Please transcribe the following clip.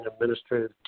administrative